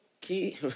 key